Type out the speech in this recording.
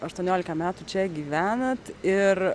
aštuoniolika metų čia gyvenat ir